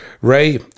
Ray